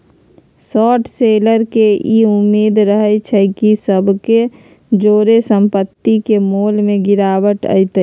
short seller के इ उम्मेद रहइ छइ कि समय के जौरे संपत्ति के मोल में गिरावट अतइ